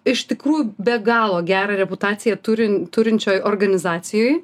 iš tikrųjų be galo gerą reputaciją turin turinčioj organizacijoj